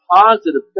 positive